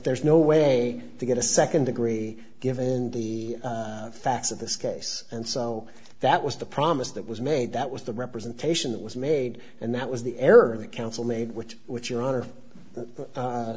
there's no way to get a second degree given the facts of this case and so that was the promise that was made that was the representation that was made and that was the error of the council made which was your